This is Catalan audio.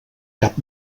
cap